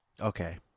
okay